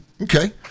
Okay